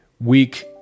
Week